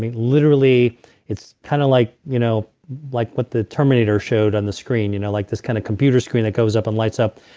literally it's kind of like you know like what the terminator showed on the screen, you know like this kind of computer screen that goes up and lights up.